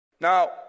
Now